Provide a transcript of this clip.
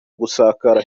gusakara